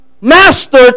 master